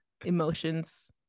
emotions